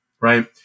right